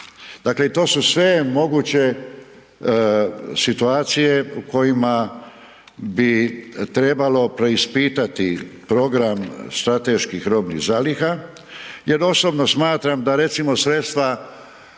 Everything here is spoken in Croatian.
Dakle, to su sve moguće situacije u kojima bi trebalo preispitati program strateških robnih zaliha jer osobno smatram da recimo sredstva